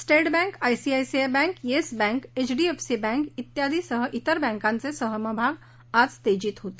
state Bank ICICI bank Yes Bank आणि HDFC बँकेसह तिर बँकांचे समभाग आज तेजीत होते